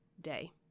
day